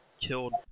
killed